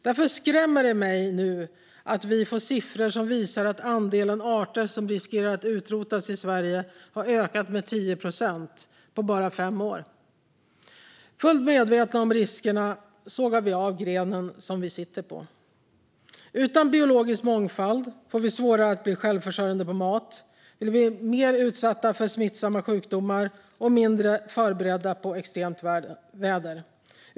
Därför skrämmer det mig nu att vi får siffror som visar att andelen arter som riskerar att utrotas i Sverige har ökat med 10 procent på bara fem år. Fullt medvetna om riskerna sågar vi av grenen som vi sitter på. Utan biologisk mångfald får vi svårare att bli självförsörjande på mat. Vi blir mer utsatta för smittsamma sjukdomar och mindre förberedda på extremt väder.